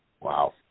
Wow